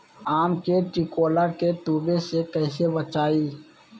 आम के टिकोला के तुवे से कैसे बचाई?